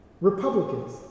Republicans